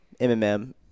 MMM